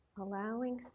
Allowing